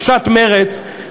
ראשת מרצ,